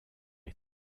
est